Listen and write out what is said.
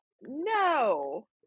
No